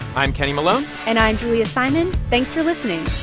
i'm kenny malone and i'm julia simon. thanks for listening